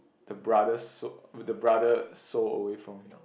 the brother's so~ the brother soul away from